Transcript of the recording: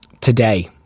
today